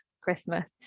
Christmas